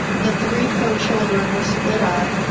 the three poe children were split up.